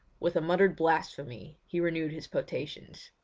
with a muttered blasphemy he renewed his potations.